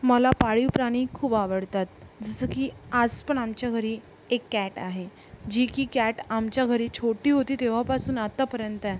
मला पाळीव प्राणी खूप आवडतात जसं की आज पण आमच्या घरी एक कॅट आहे जी की कॅट आमच्या घरी छोटी होती तेव्हापासून आतापर्यंत आहे